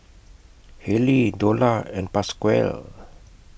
Haley Dola and Pasquale